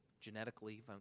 genetically